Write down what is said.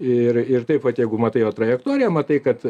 ir ir taip vat jeigu matai jo trajektoriją matai kad